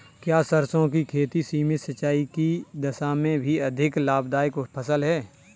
क्या सरसों की खेती सीमित सिंचाई की दशा में भी अधिक लाभदायक फसल है?